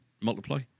multiply